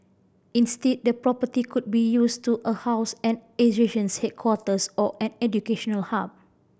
instead the property could be used to a house an association's headquarters or an educational hub